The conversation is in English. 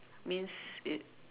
means it